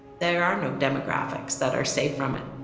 there are no demographics that are safe from it.